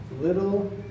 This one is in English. little